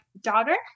daughter